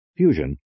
Fusion